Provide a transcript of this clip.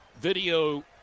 video